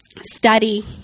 study